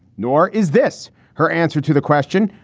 nor is this her answer to the question,